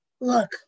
look